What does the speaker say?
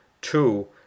Two